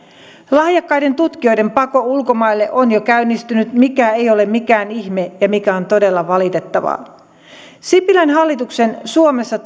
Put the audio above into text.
lahjakkaiden tutkijoiden pako ulkomaille on jo käynnistynyt mikä ei ole mikään ihme ja mikä on todella valitettavaa sipilän hallituksen suomessa